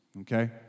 okay